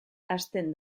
hasten